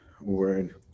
word